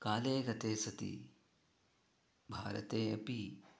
काले गते सति भारते अपि